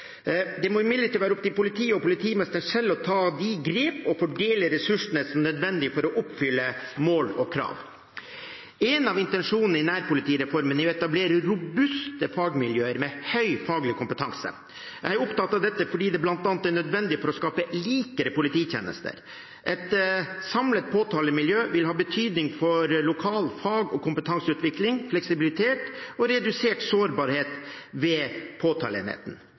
Det må imidlertid være opp til politiet og politimesteren selv å ta de grepene og fordele de ressursene som er nødvendig for å oppfylle mål og krav. En av intensjonene i nærpolitireformen er å etablere robuste fagmiljøer med høy faglig kompetanse. Jeg er opptatt av dette fordi det bl.a. er nødvendig for å skape likere polititjenester. Et samlet påtalemiljø vil ha betydning for lokal fag- og kompetanseutvikling, fleksibilitet og redusert sårbarhet ved påtaleenheten.